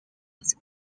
was